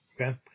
Okay